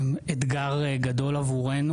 אתגר גדול עבורנו.